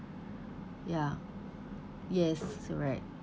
ya yes right